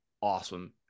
awesome